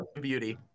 beauty